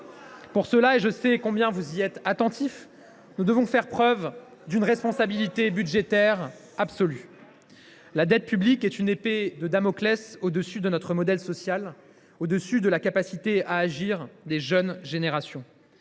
Pour ce faire – je sais combien vous y êtes attentifs –, nous devons faire preuve d’une responsabilité budgétaire absolue. La dette publique est une épée de Damoclès au dessus de notre modèle social, au dessus de la capacité à agir des jeunes générations.